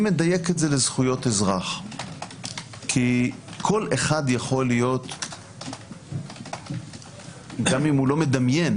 אני מדייק את זה לזכויות אזרח כי כל אחד יכול להיות גם אם אינו מדמיין